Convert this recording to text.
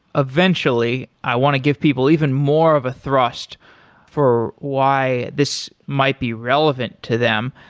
eventually, i want to give people even more of a thrust for why this might be relevant to them.